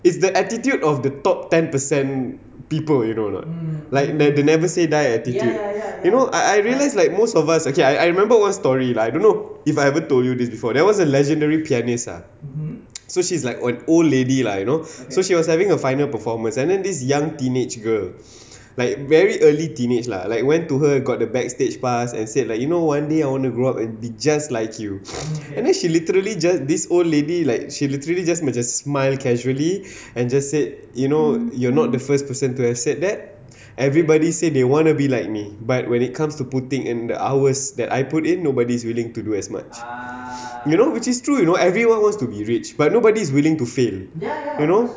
it's the attitude of the top ten per cent people you know or not like they they never say die attitude you know I I realise like most of us okay I remember one story lah I don't know if I've ever told you this before there was a legendary pianist ah so she's like a old lady lah you know so she was having a final performance and then this young teenage girl like very early teenage lah like went to her got the backstage pass and said like you know one day I want to grow up and be just like you and then she literally just this old lady like she literally just macam smile casually and just said you know you're not the first person to have said that everybody say they wanna be like me but when it comes to putting in the hours that I put it nobody is willing to do as much you know which is true you know everyone wants to be reached but nobody is willing to fail you know